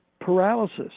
Paralysis